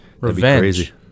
revenge